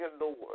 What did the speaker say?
Lord